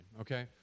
Okay